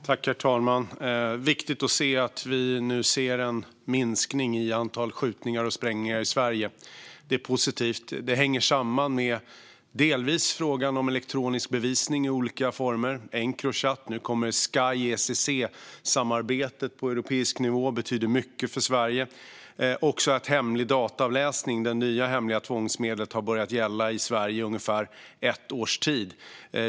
Herr talman! Det är viktigt att vi nu kan se att det finns en minskning i antalet skjutningar och sprängningar i Sverige. Det är positivt. Det hänger delvis samman med frågan om elektronisk bevisning i olika former, till exempel Encrochat. Nu kommer Sky ECC-samarbetet på europeisk nivå. Det betyder mycket för Sverige. Hemlig dataavläsning, det nya hemliga tvångsmedlet, har gällt i Sverige under ungefär ett års tid.